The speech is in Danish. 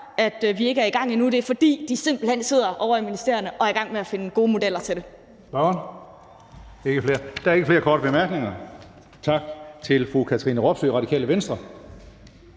at vi ikke er i gang endnu, er, at de simpelt hen sidder ovre i ministerierne og er i gang med at finde gode modeller til det.